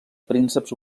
prínceps